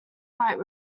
white